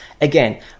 Again